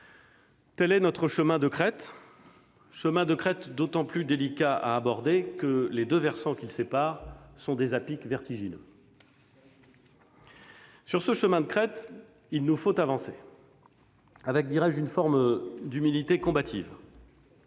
Tel est notre chemin de crête, d'autant plus délicat à aborder que les deux versants qu'il sépare sont des à-pics vertigineux. Sur ce chemin de crête, il nous faut avancer avec, dirais-je, une forme d'humilité combative.